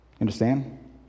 Understand